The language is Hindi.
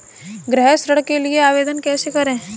गृह ऋण के लिए आवेदन कैसे करें?